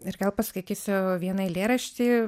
ir gal paskaitysiu vieną eilėraštį